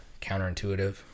counterintuitive